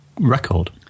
record